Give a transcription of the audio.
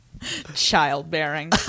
Childbearing